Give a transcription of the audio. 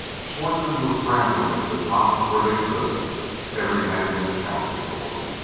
schwartzmann was scrambling to the top where they stood every man was accounted for.